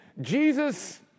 Jesus